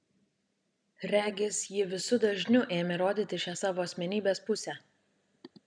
regis ji visu dažniu ėmė rodyti šią savo asmenybės pusę